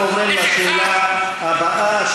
אנחנו עוברים לשאלה הבאה,